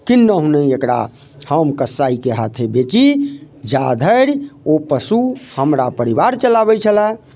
किन्नहुँ नहि एकरा हम कसाइके हाथे बेची जा धरि ओ पशु हमरा परिवार चलाबैत छलय